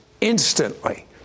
instantly